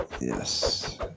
Yes